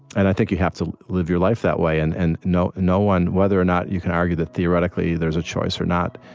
and i think you have to live your life that way. and and no no one whether or not you can argue that theoretically there's a choice or not,